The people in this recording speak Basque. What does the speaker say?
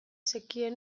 zekien